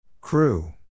Crew